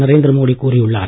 நரேந்திர மோடி கூறியுள்ளார்